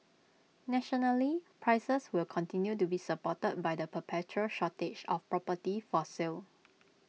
nationally prices will continue to be supported by the perpetual shortage of property for sale